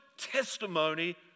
Testimony